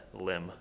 limb